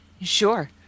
Sure